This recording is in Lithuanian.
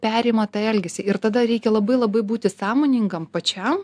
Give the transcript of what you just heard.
perima tą elgesį ir tada reikia labai labai būti sąmoningam pačiam